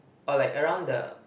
or like around the